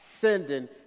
sending